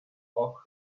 off